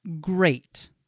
great